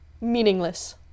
meaningless